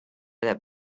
that